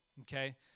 okay